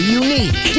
unique